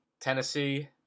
Tennessee